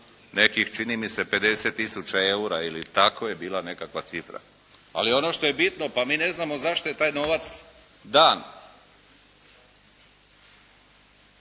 Nekih čini mi se 50 tisuća eura ili tako je bila nekakva cifra. Ali ono što je bitno, pa mi ne znamo zašto je taj novac dan.